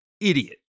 idiot